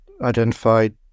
identified